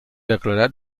declarat